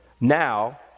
now